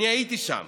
אני הייתי שם